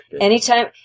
Anytime